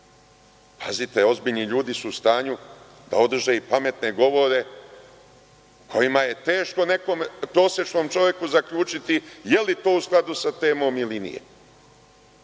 Pazite, ozbiljni ljudi su u stanju da održe i pametne govore, ali je teško nekom prosečnom čoveku zaključiti je li to u skladu sa temom ili nije.